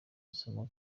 isomo